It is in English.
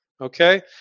okay